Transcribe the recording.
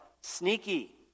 sneaky